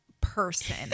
person